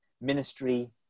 ministry